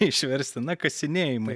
išversti na kasinėjimai